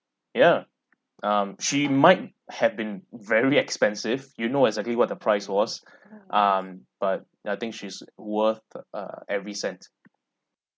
ya um she might had been very expensive you know exactly what the price was um but I think she's worth to uh every cent